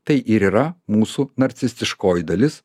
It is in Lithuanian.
tai ir yra mūsų narcistiškoji dalis